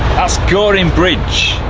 goring bridge,